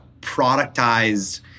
productized